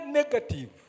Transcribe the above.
negative